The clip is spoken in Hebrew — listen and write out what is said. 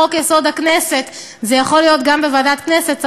חוק-יסוד: הכנסת יכול להיות גם בוועדת הכנסת.